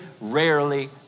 rarely